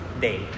day